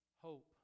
Hope